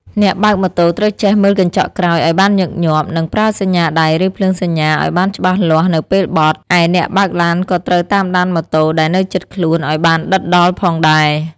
អ្នកបើកម៉ូតូត្រូវចេះមើលកញ្ចក់ក្រោយឱ្យបានញឹកញាប់ និងប្រើសញ្ញាដៃឬភ្លើងសញ្ញាឱ្យបានច្បាស់លាស់នៅពេលបត់ ឯអ្នកបើកឡានក៏ត្រូវតាមដានម៉ូតូដែលនៅជិតខ្លួនឱ្យបានដិតដល់ផងដែរ។